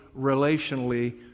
relationally